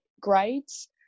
grades